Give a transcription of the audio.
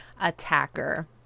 Attacker